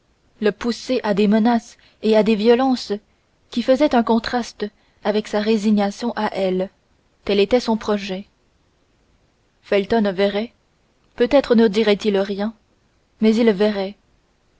le pousser à des menaces et à des violences qui faisaient un contraste avec sa résignation à elle tel était son projet felton verrait peut-être ne dirait-il rien mais il verrait